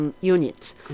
Units